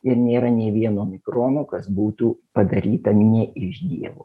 ir nėra nei vieno mikrono kas būtų padaryta ne iš dievo